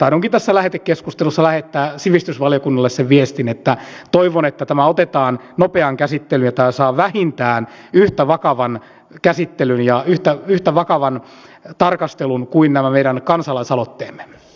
tahdonkin tässä lähetekeskustelussa lähettää sivistysvaliokunnalle sen viestin että toivon että tämä otetaan nopeaan käsittelyyn ja tämä saa vähintään yhtä vakavan käsittelyn ja yhtä vakavan tarkastelun kuin nämä kansalaisaloitteemme